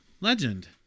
Legend